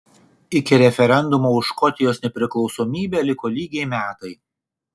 iki referendumo už škotijos nepriklausomybę liko lygiai metai